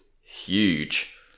huge